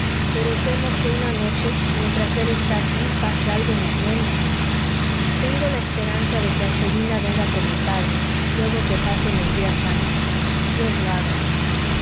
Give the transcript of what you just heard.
pero temo que una noche mientras él está aquí pase algo en la tienda tengo la esperanza de que angelina venga con el padre luego que pasen los días santos dios lo haga